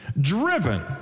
driven